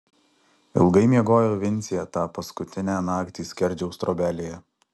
ilgai miegojo vincė tą paskutinę naktį skerdžiaus trobelėje